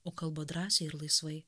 o kalba drąsiai ir laisvai